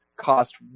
cost